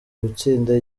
gutsinda